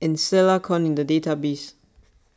and Stella Kon in the database